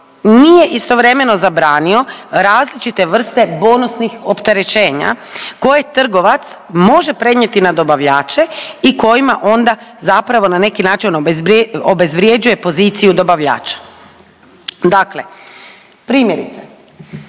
nije istovremeno zabranio različite vrste bonusnih opterećenja koje trgovac može prenijeti na dobavljače i kojima onda zapravo na neki način obezvrjeđuje poziciju dobavljača. Dakle, primjerice